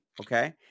Okay